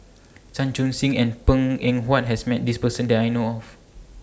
Chan Chun Sing and Png Eng Huat has Met This Person that I know of